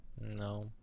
No